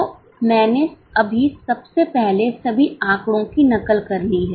तो मैंने अभी सबसे पहले सभी आंकड़ों की नकल कर ली है